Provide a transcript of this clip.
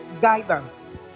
Guidance